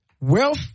wealth